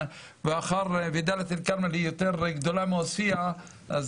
ומאחר ודאלית אל כרמל היא יותר גדולה מעוספיה,